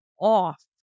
off